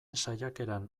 saiakeran